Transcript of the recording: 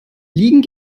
liegen